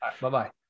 Bye-bye